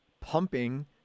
pumping